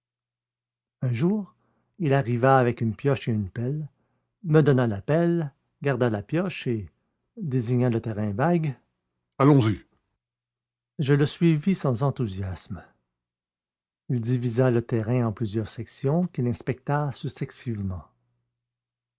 un jour il arriva avec une pioche et une pelle me donna la pelle garda la pioche et désignant le terrain vague allons-y je le suivis sans enthousiasme il divisa le terrain en plusieurs sections qu'il inspecta